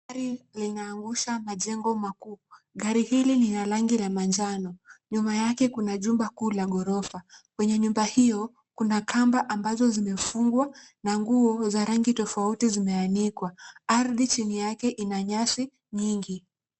Gari linaagusha majengo makubwa, gari hili ni la rangi ya manjano. Nyuma yake kuna jumba kuu la ghorofa, kwenye nyumba hiyo kuna kamba ambazo zimefungwa na nguo za rangi tofauti zimeanikwa, ardhi chini yake ina nyasi nyingi.